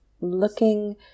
looking